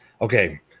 okay